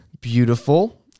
beautiful